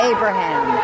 Abraham